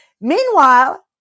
meanwhile